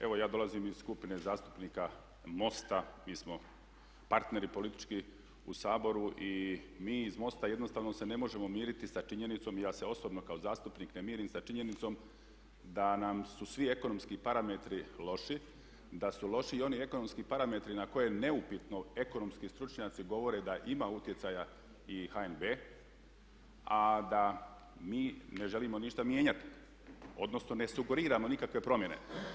Evo ja dolazim iz skupine zastupnika MOST-a, mi smo partneri politički u Saboru i mi iz MOST-a jednostavno se ne možemo miriti sa činjenicom i ja se osobno kao zastupnik ne mirim sa činjenicom da nam su svi ekonomski parametri loši, da su loši i oni ekonomski parametri na koje neupitno ekonomski stručnjaci govore da ima utjecaja i HNB a da mi ne želimo ništa mijenjati, odnosno ne sugeriramo nikakve promjene.